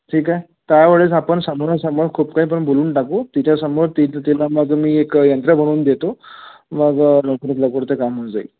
ठीक आहे त्यावेळेस आपण समोरसमोर खूप काही पण बोलून टाकू तिच्यासमोर तिथ तिला मग मी एक यंत्र बनवून देतो मग लवकरात लवकर ते काम होऊन जाईल